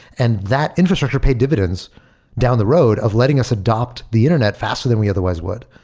and that infrastructure paid dividends down the road of letting us adapt the internet faster than we otherwise would.